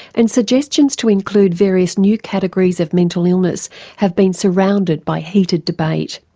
and suggestions to include various new categories of mental illness have been surrounded by heated debate.